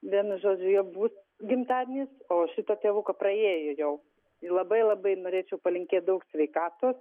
vienu žodžiu jo bus gimtadienis o šito tėvuko praiejo jau labai labai norėčiau palinkėt daug sveikatos